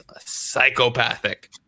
psychopathic